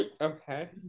okay